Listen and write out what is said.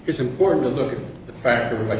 it's important to look at the fact that